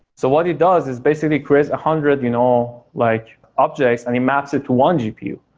so what it does is basically creates a hundred you know like objects and it maps it to one gpu,